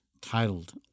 titled